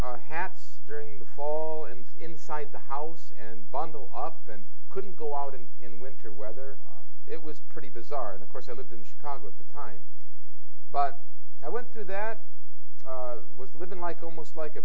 wear hats during the fall and inside the house and bundle up and couldn't go out and in winter weather it was pretty bizarre and of course i lived in chicago at the time but i went through that was living like almost like a